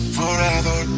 forever